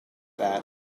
that